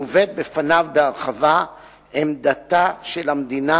מובאת בפניו בהרחבה עמדתה של המדינה,